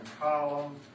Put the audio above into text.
column